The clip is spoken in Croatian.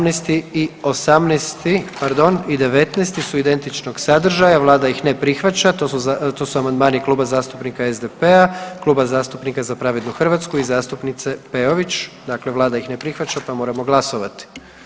17., 18., pardon i 19. su identičnog sadržaja vlada ih ne prihvaća to su amandmani Kluba zastupnika SPD-a, Kluba zastupnika Za pravednu Hrvatsku i zastupnice Peović dakle vlada ih ne prihvaća pa moramo glasovati.